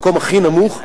המקום הכי נמוך,